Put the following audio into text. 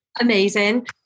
amazing